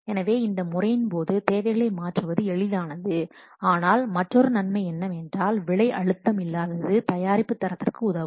எனவே இந்த முறையின் போது தேவைகளை மாற்றுவது எளிதானது ஆனால் மற்றொரு நன்மை என்னவென்றால் விலை அழுத்தம் இல்லாதது தயாரிப்பு தரத்திற்கு உதவும்